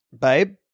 Babe